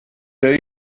day